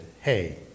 Hey